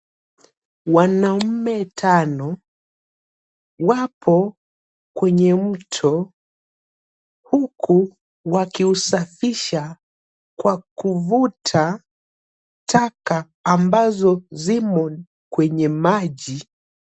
Wanaume tano wapo kwenye mto huku wakiusafisha kwa kuvuta taka ambazo zimo kwenye maji.